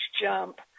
jump